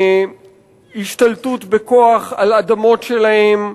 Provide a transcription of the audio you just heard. השתלטות בכוח על אדמות שלהם,